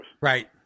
Right